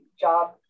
job